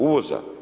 Uvoza?